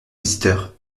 visiteur